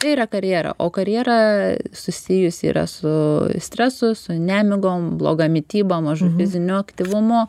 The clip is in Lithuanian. tai yra karjera o karjera susijusi yra su stresu su nemigom bloga mityba mažu fiziniu aktyvumu